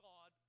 God